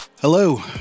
Hello